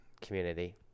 community